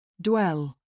Dwell